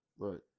Right